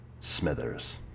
Smithers